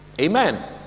Amen